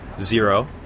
Zero